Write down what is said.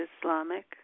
Islamic